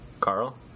Carl